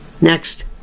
Next